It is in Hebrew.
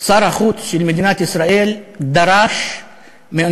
שר החוץ של מדינת ישראל דרש מאוניברסיטת